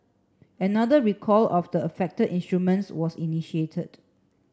another recall of the affected instruments was initiated